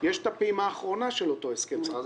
יש את הפעימה האחרונה של אותו הסכם שכר.